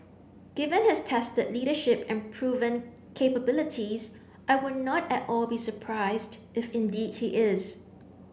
given his tested leadership and proven capabilities I would not at all be surprised if indeed he is